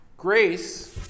Grace